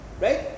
right